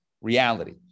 reality